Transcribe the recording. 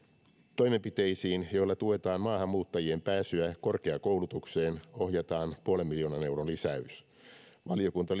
toimenpiteisiin joilla tuetaan maahanmuuttajien pääsyä korkeakoulutukseen ohjataan nolla pilkku viiden miljoonan euron lisäys valiokunta